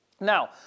Now